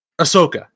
Ahsoka